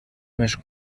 més